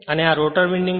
અને આ rotor winding